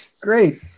Great